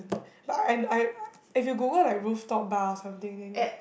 but I and I if you Google like roof top bar or something then they